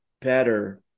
better